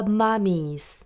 mummies